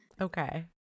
okay